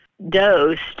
Dosed